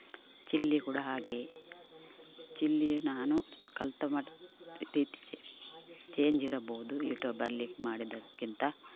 chilli ಕೂಡ ಹಾಗೆಯೇ chilli ನಾನು ಕಲಿತ ಮಟ್ಟ ಚೇಂಜ್ ಇರಬಹುದು ಯೂಟ್ಯೂಬ್ ಅಲ್ಲಿ ಮಾಡಿದಕ್ಕಿಂತ